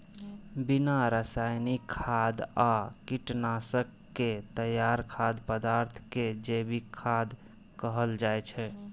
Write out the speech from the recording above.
बिना रासायनिक खाद आ कीटनाशक के तैयार खाद्य पदार्थ कें जैविक खाद्य कहल जाइ छै